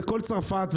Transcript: בכל צרפת,